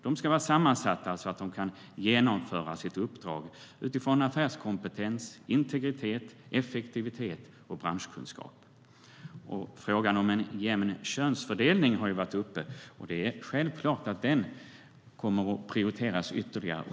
De ska vara sammansatta så att de kan genomföra sitt uppdrag utifrån affärskompetens, integritet, effektivitet och branschkunskap.Frågan om en jämn könsfördelning har varit uppe, och det är självklart att den kommer att prioriteras ytterligare.